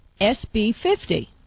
SB50